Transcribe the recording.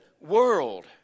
world